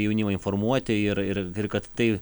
jaunimą informuoti ir ir ir kad tai